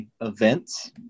events